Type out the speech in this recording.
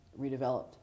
redeveloped